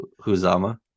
Huzama